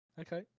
Okay